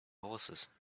horses